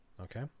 okay